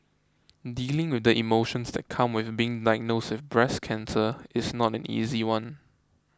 dealing with the emotions that come with being diagnosed with breast cancer is not an easy one